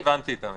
הבנתי את המסר.